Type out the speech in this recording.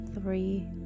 three